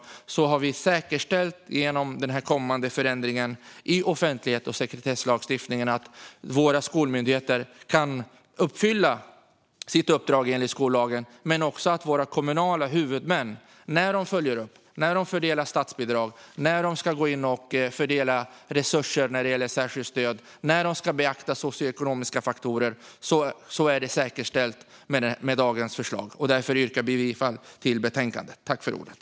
Då har vi genom den kommande förändringen i offentlighets och sekretesslagen säkerställt att våra skolmyndigheter kan uppfylla sitt uppdrag enligt skollagen. Med dagens förslag säkerställs uppdraget för våra kommunala huvudmän när de följer upp, fördelar statsbidrag och fördelar resurser för särskilt stöd, bland annat genom att beakta socioekonomiska faktorer. Därför yrkar vi bifall till förslaget i betänkandet.